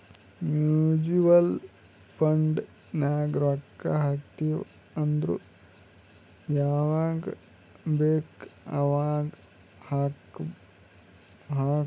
mutual fund ನಾಗ್ ರೊಕ್ಕಾ ಹಾಕ್ತಿವ್ ಅಂದುರ್ ಯವಾಗ್ ಬೇಕ್ ಅವಾಗ್ ಹಾಕ್ಬೊದ್